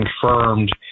confirmed